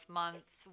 months